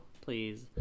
please